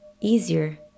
easier